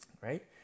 Right